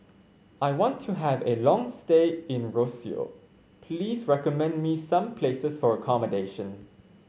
I want to have a long stay in Roseau please recommend me some places for accommodation